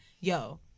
yo